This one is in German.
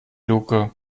luke